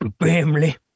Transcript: family